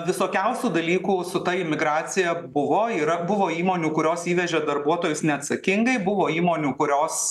visokiausių dalykų su ta imigracija buvo yra buvo įmonių kurios įvežė darbuotojus neatsakingai buvo įmonių kurios